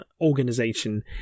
organization